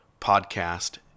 Podcast